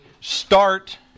start